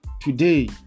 today